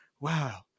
wow